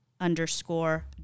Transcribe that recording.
underscore